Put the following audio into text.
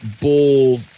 bull